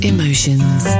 Emotions